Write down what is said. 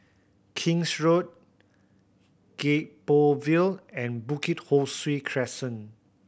King's Road Gek Poh Ville and Bukit Ho Swee Crescent